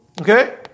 okay